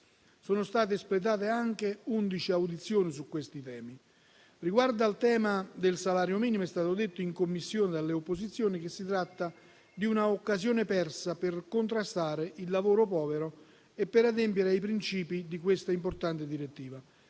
Sono state espletate anche undici audizioni su tali argomenti. Riguardo al tema del salario minimo, in Commissione è stato detto dalle opposizioni che si tratta di una occasione persa per contrastare il lavoro povero e per adempiere ai principi di questa importante direttiva.